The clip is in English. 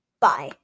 bye